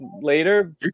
later